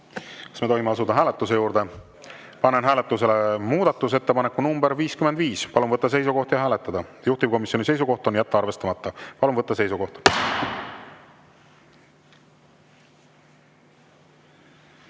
Kas me tohime asuda hääletuse juurde? Panen hääletusele muudatusettepaneku nr 55. Palun võtta seisukoht ja hääletada. Juhtivkomisjoni seisukoht on jätta arvestamata. Palun võtta seisukoht!